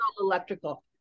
electrical